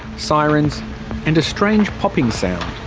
sirens and a strange popping sound.